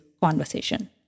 conversation